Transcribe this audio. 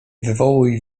wywołuj